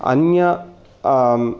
अन्य